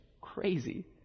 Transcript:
Crazy